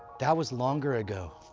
that was longer ago.